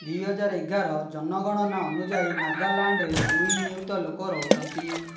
ଦୁଇ ହଜାର ଏଗାର ଜନଗଣନା ଅନୁଯାୟୀ ନାଗାଲାଣ୍ଡରେ ଦୁଇ ନିୟୁତ ଲୋକ ରହୁଛନ୍ତି